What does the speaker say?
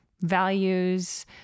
values